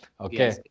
Okay